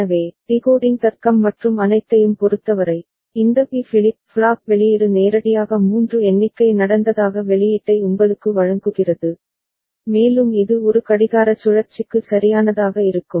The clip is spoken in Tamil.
எனவே டிகோடிங் தர்க்கம் மற்றும் அனைத்தையும் பொறுத்தவரை இந்த பி ஃபிளிப் ஃப்ளாப் வெளியீடு நேரடியாக 3 எண்ணிக்கை நடந்ததாக வெளியீட்டை உங்களுக்கு வழங்குகிறது மேலும் இது ஒரு கடிகார சுழற்சிக்கு சரியானதாக இருக்கும்